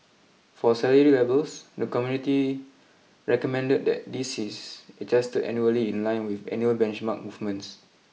for salary levels the committee recommended that this is adjusted annually in line with annual benchmark movements